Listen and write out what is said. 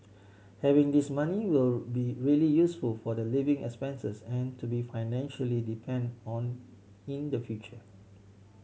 having this money will be really useful for the living expenses and to be financially depend on in the future